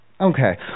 Okay